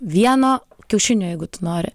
vieno kiaušinio jeigu tu nori